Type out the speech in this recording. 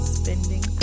spending